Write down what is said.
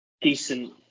decent